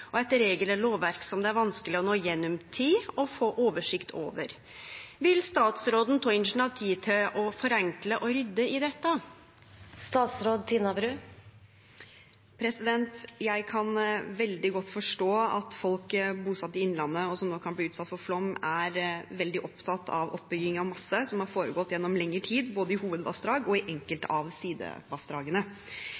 og eit regel- og lovverk som det er vanskeleg å nå gjennom i og få oversikt over. Vil statsråden ta initiativ til å forenkle og rydde i dette?» Jeg kan veldig godt forstå at folk som er bosatt i Innlandet og kan bli utsatt for flom, er veldig opptatt av oppbygging av masse, som har foregått gjennom lengre tid både i hovedvassdragene og i